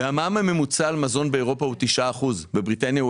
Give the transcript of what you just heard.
המע"מ הממוצע על מזון באירופה הוא 9%. בבריטניה הוא